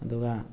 ꯑꯗꯨꯒ